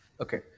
Okay